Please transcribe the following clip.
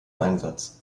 einsatz